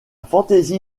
fantasy